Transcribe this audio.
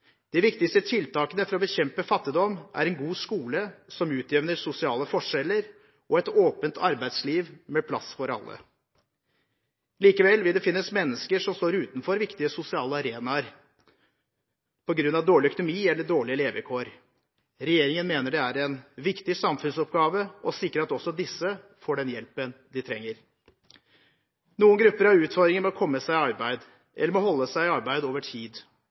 De viktigste tiltakene for å bekjempe fattigdom er en god skole som utjevner sosiale forskjeller og et åpent arbeidsliv med plass for alle. Likevel vil det finnes mennesker som står utenfor viktige sosiale arenaer på grunn av dårlig økonomi eller dårlige levekår. Regjeringen mener det er en viktig samfunnsoppgave å sikre at også disse får den hjelpen de trenger. Noen grupper har utfordringer med å komme seg i arbeid, eller med å holde seg i arbeid over tid.